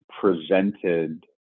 presented